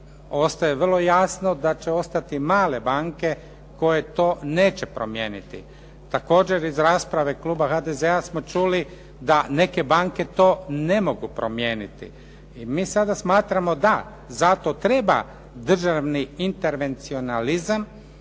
ostaje vrlo jasno da će ostati male banke koje to neće promijeniti. Također iz rasprave kluba HDZ-a smo čuli da neke banke to ne mogu promijeniti. I mi sada smatramo da, zato treba državni intervencionalizam